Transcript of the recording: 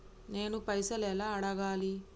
నేను పైసలు ఎలా అడగాలి?